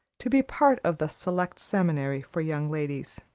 to be part of the select seminary for young ladies.